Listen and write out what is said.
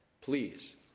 Please